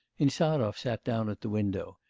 insarov sat down at the window,